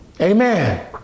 Amen